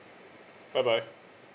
bye bye